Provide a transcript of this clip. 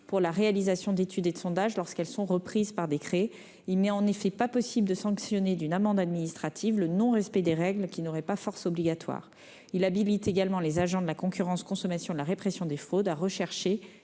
pour la réalisation d'études et de sondages lorsqu'elles sont reprises par décret. Il n'est, en effet, pas possible de sanctionner d'une amende administrative le non-respect de règles qui n'auraient pas force obligatoire. Il habilite également les agents de la direction générale de la concurrence, de la consommation et de la répression des fraudes à rechercher